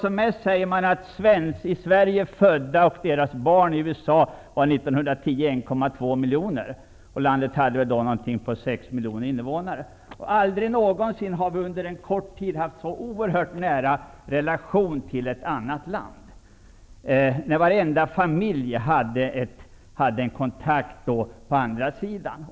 När antalet i USA av i Sverige hade då ca 6 miljoner invånare. Vi har aldrig någonsin annars haft en så nära relation till ett annat land. Nästan varenda familj hade då någon kontakt på den andra sidan.